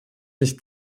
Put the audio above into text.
nicht